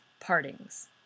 Partings